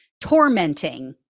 tormenting